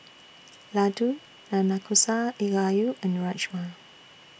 Ladoo Nanakusa Gayu and Rajma